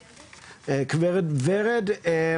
גב' ורד דרור.